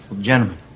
Gentlemen